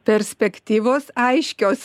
perspektyvos aiškios